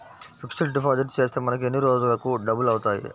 Fixed deposit చేస్తే మనకు ఎన్ని రోజులకు డబల్ అవుతాయి?